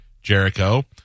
Jericho